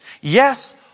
yes